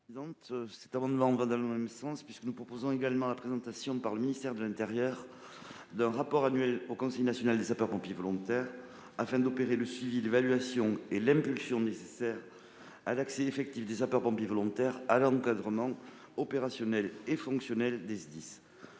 : La parole est à Mme Émilienne Poumirol. Il convient de prévoir la présentation par le ministère de l'intérieur d'un rapport annuel au Conseil national des sapeurs-pompiers volontaires, afin d'opérer le suivi, l'évaluation et l'impulsion nécessaire à l'accès effectif des sapeurs-pompiers volontaires à l'encadrement opérationnel et fonctionnel des SDIS.